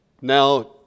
Now